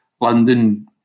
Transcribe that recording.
London